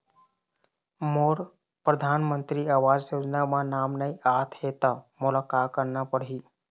मोर परधानमंतरी आवास योजना म नाम नई आत हे त मोला का करना पड़ही?